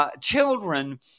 Children